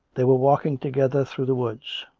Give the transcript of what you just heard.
they were walking together through the woods,